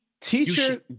teacher